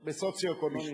בסוציו-אקונומי,